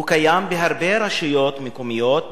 הוא קיים בהרבה רשויות מקומיות,